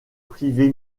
privé